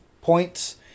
points